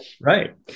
Right